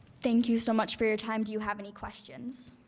thank you so much for your time. do you have any questions?